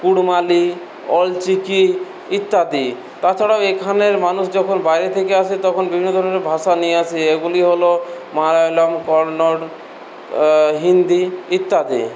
কুড়মালি অলচিকি ইত্যাদি তাছাড়াও এখানের মানুষ যখন বাইরে থেকে আসে তখন বিভিন্ন ধরনের ভাষা নিয়ে আসে এগুলি হল মালয়ালম কন্নড় হিন্দি ইত্যাদি